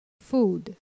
food